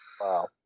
Wow